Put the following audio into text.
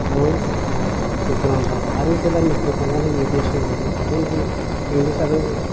बहुत दुखुनांथाव आरो जेला मेट्रिक फाइनाल होयो बे समावबो अनलि इंलिस आरो